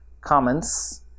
comments